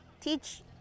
teach